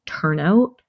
turnout